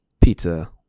pizza